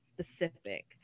specific